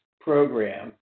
program